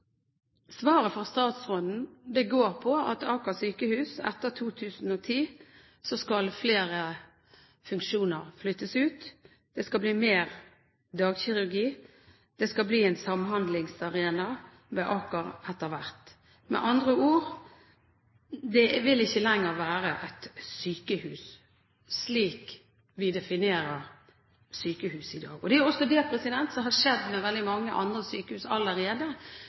Svaret fra statsråden går på at ved Aker sykehus skal flere funksjoner flyttes ut etter 2010. Det skal bli mer dagkirurgi. Det skal bli en samhandlingsarena ved Aker etter hvert. Med andre ord, det vil ikke lenger være et sykehus slik vi definerer sykehus i dag. Det er jo det som allerede har skjedd med veldig mange andre sykehus